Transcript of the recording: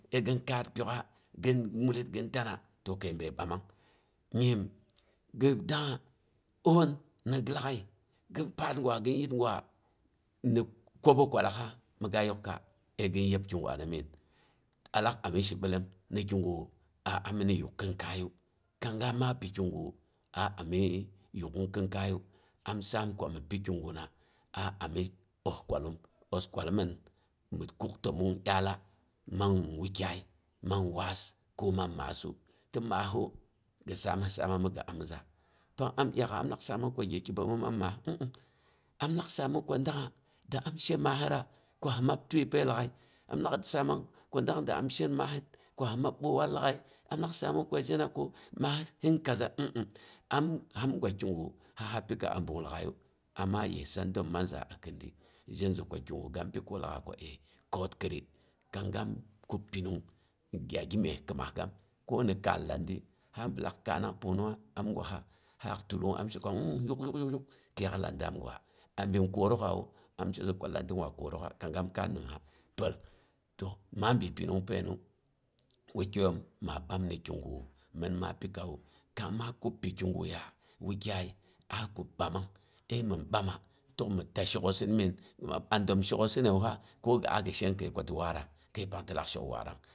gin mullit gin tana, to kəi bəi bamang. Nyim gi dangnga oon, nigi lag'ai gin paat gwa gim yit gwa ni koɓo kwalaak ha, mi ga yokka. əi gin yeb kigrame mii. A lak ami shibilom ni kigu a ami ki yuk kin kai yu, kang ga ma pi kigu a ami yuk kin kaiyu, am saam komi pi kiguna aa ami oskiralu, oskwala mɨn, mi kuk təmong dyaala man wukyai man waas ko man maasu. Ti maassu gi saamsɨ saama migi amiza pang am dyaak'a amlak saamang ko gye bəmum man maas mmm. Am lak saamang ko dangnga da am she mahera ko hi mab tiəi pəi lag'ai, am lak saamang ko dang da am shen maasət ko hi mab boiwal lag'ai, am lak saamang ko zhena ko maah'ət sin kaza mmm. Am, am gwa kigu si ha pika a ɓung lag'aiyu, amma yissa dəma manza a kɨndi zhanza ko, kigu gam pikiwu la aah ko əi kəor kiri, kang gam kub pinung ya gimye kɨimas gam, ko ni kaan landi, ha bilak kaanang pungninga am gwaha haak tulung am she ko mmm yak yuk yuk yuk kɨiyak landam gwa, abi korok'awu, am she ko landi gwa kərok'a kang gam kaan nimha pəl. to ma bin pinung paimu wakyoom ma bam ni kigu min maa pikawu. kang ma kub pi kiguya wukgai a kab bamang əi min bama tək mi tashiwasio mim gi mab a dəm shok'osinəwu fa, kogi gi am kəi koti waarawu fa kəi pang ti lak shok waarana.